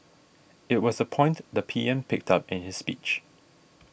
it was a point the P M picked up in his speech